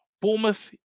Bournemouth